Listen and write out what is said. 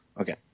Okay